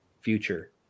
future